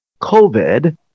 covid